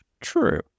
True